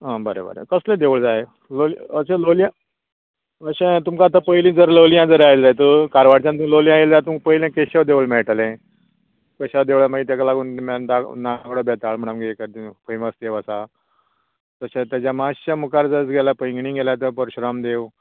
आं बरें बरें कसलें देवूळ जाय लोल अशें लोलयां अशें तुमका आतां पयलीं जर लोलयां जर आयल्ले तूं कारवारच्यान तूं लोलयां आयला तूकां पयलीं केशव देवूळ मेळटलें केशव देवळां मागीर तेका लागून नागडो बेताळ म्हण फेमस देव आसा तशेंच तेज्या मातशे मुखार जर गेल्यार पैंगिणी गेल्यार परशुराम देव